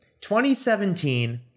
2017